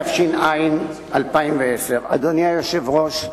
התש"ע 2010. אדוני היושב-ראש,